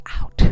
out